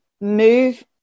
move